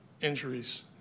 injuries